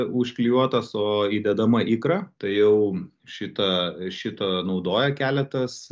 užklijuotas o įdedama ikra tai jau šitą šitą naudoja keletas